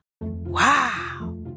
Wow